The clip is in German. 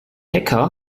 hacker